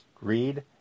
read